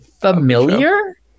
familiar